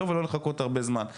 יש גם חוק בבריאות וכולי.